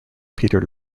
peter